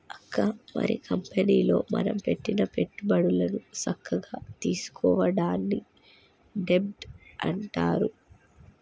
అక్క మరి కంపెనీలో మనం పెట్టిన పెట్టుబడులను సక్కగా తీసుకోవడాన్ని డెబ్ట్ అంటారు